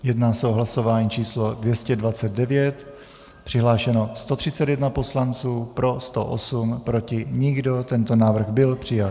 Jedná se o hlasování číslo 229, přihlášeno 131 poslanců, pro 108, proti nikdo, tento návrh byl přijat.